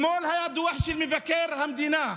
אתמול היה דוח של מבקר המדינה,